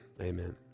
amen